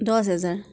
দহ হাজাৰ